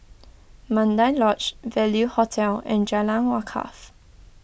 Mandai Lodge Value Hotel and Jalan Wakaff